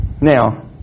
Now